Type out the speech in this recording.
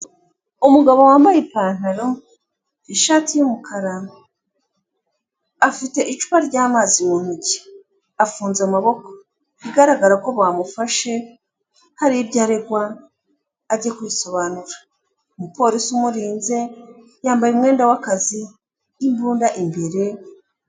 Umugabo wambaye ipantaro, ishati y'umukara, afite icupa ry'amazi mu ntoki, afunze amaboko bigaragara ko bamufashe hari ibyo aregwa, ajya kwisobanura. Umupolisi umurinze, yambaye umwenda w'akazi n'imbunda imbere.